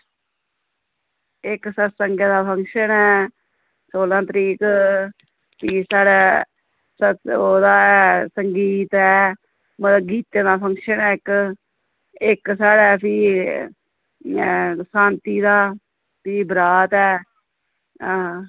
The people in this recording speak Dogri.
इक सतसंग दा फक्शंन ऐ सोलां तरीक फ्ही साढ़े ओहदा ऐ सगींत ऐ गीते दा फंक्शन ऐ इक साढ़े फ्ही सांती दा फ्ही बरात ऐ हां